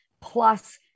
plus